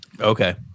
Okay